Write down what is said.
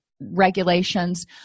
regulations